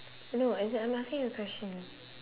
no as in I'm asking a question